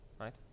right